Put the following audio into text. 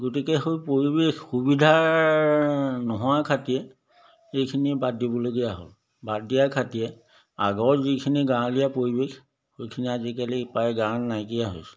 গতিকে সেই পৰিৱেশ সুবিধা নোহোৱা খাতিয়ে এইখিনি বাদ দিবলগীয়া হ'ল বাদ দিয়া খাতিয়ে আগৰ যিখিনি গাঁৱলীয়া পৰিৱেশ সেইখিনি আজিকালি প্ৰায় গাঁৱত নাইকিয়া হৈছে